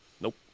Nope